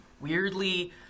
weirdly